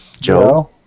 Joe